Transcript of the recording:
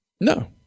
No